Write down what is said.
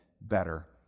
better